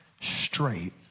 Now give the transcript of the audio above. straight